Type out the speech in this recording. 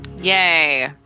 Yay